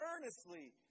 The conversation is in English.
earnestly